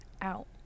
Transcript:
out